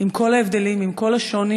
עם כל ההבדלים, עם כל השוני,